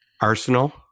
Arsenal